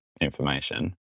information